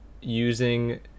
using